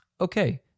Okay